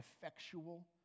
effectual